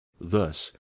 Thus